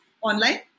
online